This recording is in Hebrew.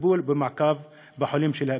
בטיפול ובמעקב אחר חולי אפילפסיה.